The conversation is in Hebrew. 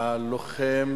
הלוחם